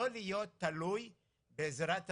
לא להיות תלוי בעזרת הזולת,